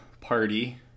Party